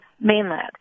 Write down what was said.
mainland